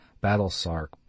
battle-sark